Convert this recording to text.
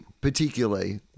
particularly